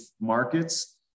markets